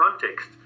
context